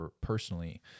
personally